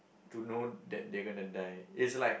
don't know that they gonna die it's like